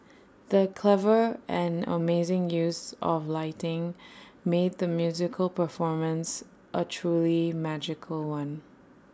the clever and amazing use of lighting made the musical performance A truly magical one